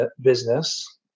business